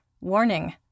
Warning